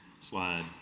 slide